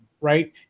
Right